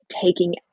taking